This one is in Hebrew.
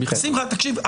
שמחה, תקשיב.